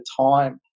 time